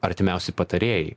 artimiausi patarėjai